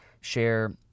Share